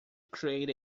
create